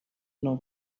know